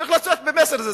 צריך לצאת במסר הזה.